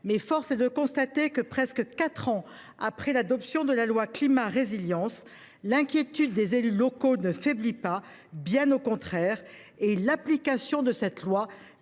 force est de le constater, presque quatre ans après l’adoption de la loi Climat et Résilience, l’inquiétude des élus locaux ne faiblit pas – bien au contraire – et l’application de cette loi